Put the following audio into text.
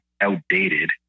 outdated